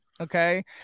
okay